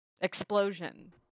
Explosion